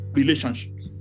relationships